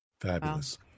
Fabulous